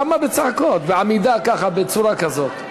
למה בצעקות, בעמידה, ככה, בצורה כזאת?